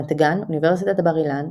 רמת גן אוניברסיטת בר-אילן,